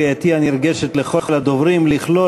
אני חוזר על קריאתי הנרגשת לכל הדוברים לכלול